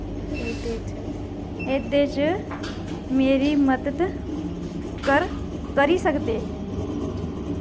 एह्दे च मेरी मदद कर करी सकदे